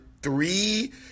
Three